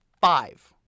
five